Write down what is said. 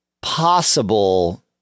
possible